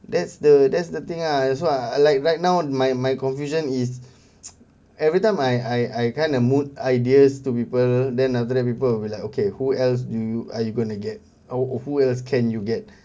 that's the that's the thing lah that's why like right now my my confusion is every time I I kind of mood ideas to people then after that people will be like okay who else do you are you gonna get or who else can you get